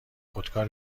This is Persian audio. خودکار